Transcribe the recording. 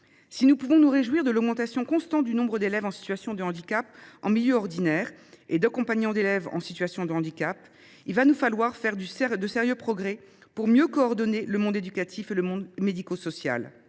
Si nous pouvons nous réjouir de l’augmentation constante du nombre d’élèves en situation de handicap en milieu ordinaire et de celui d’accompagnants d’élèves en situation de handicap, nous allons devoir faire de sérieux progrès pour mieux coordonner le monde éducatif et le monde médico social.